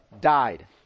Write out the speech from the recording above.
died